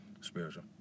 spiritual